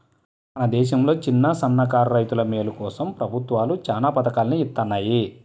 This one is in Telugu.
మన దేశంలో చిన్నసన్నకారు రైతుల మేలు కోసం ప్రభుత్వాలు చానా పథకాల్ని ఇత్తన్నాయి